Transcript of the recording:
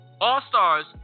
all-stars